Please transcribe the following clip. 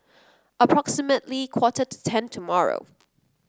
approximately quarter to ten tomorrow